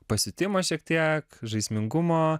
pasiutimo šiek tiek žaismingumo